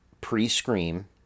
pre-scream